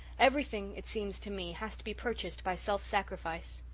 everything, it seems to me, has to be purchased by self-sacrifice.